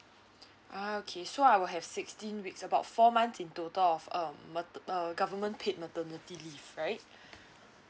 a'ah okay so I will have sixteen weeks about four months in total of um ma~ uh government paid maternity leave right